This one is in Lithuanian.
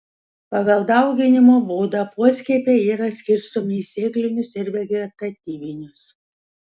pagal dauginimo būdą poskiepiai yra skirstomi į sėklinius ir vegetatyvinius